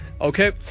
Okay